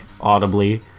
audibly